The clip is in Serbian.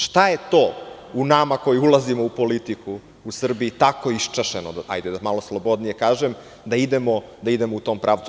Šta je to u nama koji ulazimo u politiku, u Srbiji, tako iščašeno, da malo slobodnije kažem, da idemo u tom pravcu?